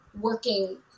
working